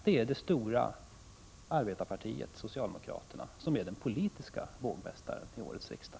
Det är det stora arbetarpartiet socialdemokraterna som är den politiska vågmästaren i årets riksdag.